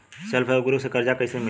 Self help group से कर्जा कईसे मिली?